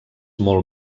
molt